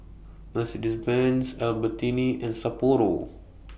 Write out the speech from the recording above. Mercedes Benz Albertini and Sapporo